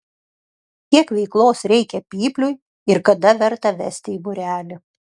kiek veiklos reikia pypliui ir kada verta vesti į būrelį